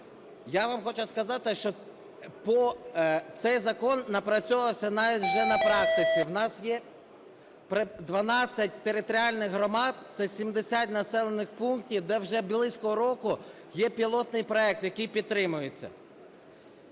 Я вам хочу сказати, що цей закон напрацьовувався навіть вже на практиці. У нас є 12 територіальних громад – це 70 населених пунктів, де вже близько року є пілотний проект, який підтримується.